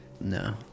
no